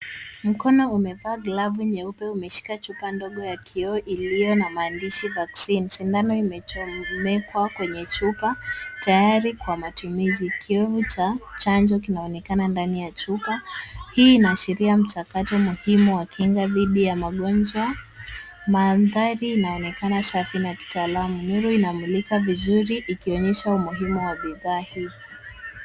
Mkono umevaa glavu nyeupe umeshika chupa ndogo ya kioo iliyo na maandishi vaccine . Sindano imechomekwa kwenye chupa tayari kwa matumizi. Kiowevu cha chanjo kinaonekana ndani ya chupa. Hii inaashiria mchakato muhimu wa kinga dhidi ya magonjwa. Mandhari inaonekana safi na kitaalamu. Nuru inamulika vizuri, ikionyesha umuhimu wa bidhaa hii.